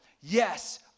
yes